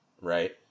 right